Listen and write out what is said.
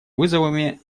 вызовами